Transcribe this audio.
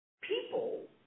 people